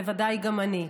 ובוודאי גם אני.